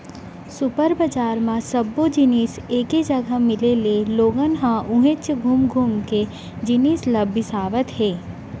super बजार म सब्बो जिनिस एके जघा मिले ले लोगन ह उहेंच घुम घुम के जिनिस ल बिसावत हे